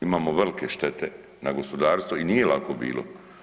Imamo velike štete na gospodarstvo i nije lako bilo.